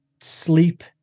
sleep